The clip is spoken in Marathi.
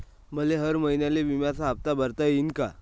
मले हर महिन्याले बिम्याचा हप्ता भरता येईन का?